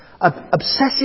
Obsessive